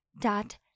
dot